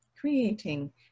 creating